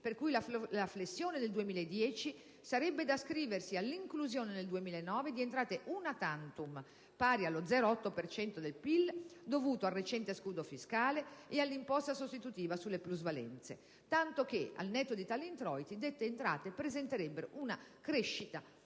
per cui la flessione del 2010 sarebbe da ascriversi all'inclusione nel 2009 di entrate *una tantum*, pari allo 0,8 per cento del PIL (dovute al recente scudo fiscale e all'imposta sostitutiva sulle plusvalenze), tanto che, al netto di tali introiti, dette entrate presenterebbero una crescita, lieve